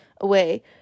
away